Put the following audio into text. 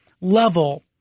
level